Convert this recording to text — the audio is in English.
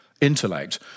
intellect